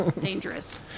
dangerous